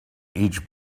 each